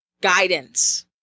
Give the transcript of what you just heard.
guidance